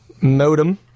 Modem